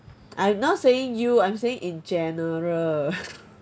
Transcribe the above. I'm not saying you I'm saying in general